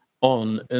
on